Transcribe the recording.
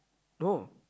no